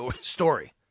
story